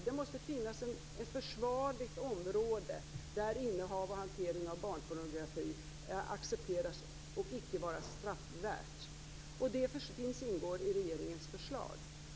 Det måste finnas ett försvarligt område där innehav och hantering av barnpornografi accepteras och inte är straffvärt. Detta ingår i regeringens förslag.